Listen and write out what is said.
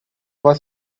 was